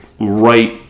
right